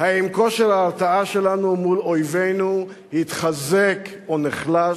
האם כושר ההרתעה שלנו מול אויבינו התחזק, או נחלש?